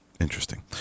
Interesting